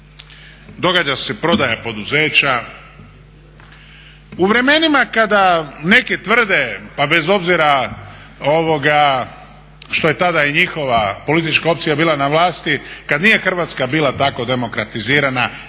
događa se prodaja poduzeća. U vremenima kada neki tvrde pa bez obzira što je tada i njihova politička opcija bila na vlasti kad nije Hrvatska bila tako demokratizirana,